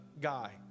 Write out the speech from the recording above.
guy